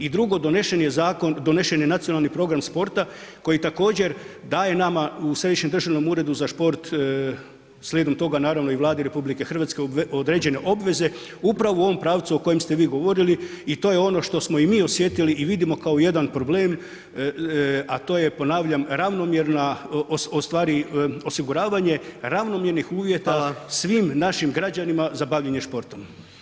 I drugo, donešen je zakon, donešen je Nacionalni program sporta koji također daje nama u Središnjem državnom uredu za šport slijedom toga naravno i Vladi RH određene obveze upravo u ovom pravcu o kojem ste vi govorili i to je ono što smo i mi osjetili i vidimo kao jedan problem, a to je ponavljam, ravnomjerna, u stvari osiguravanje ravnomjernih uvjeta [[Upadica: Hvala]] svim našim građanima za bavljenje športom.